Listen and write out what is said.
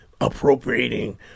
appropriating